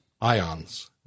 ions